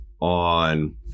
on